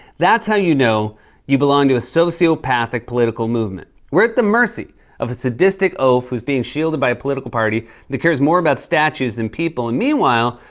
that's how you know you belong to a sociopathic political movement. we're at the mercy of a sadistic oaf who's being shielded by a political party that cares more about statues than people. and, meanwhile,